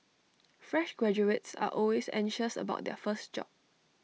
fresh graduates are always anxious about their first job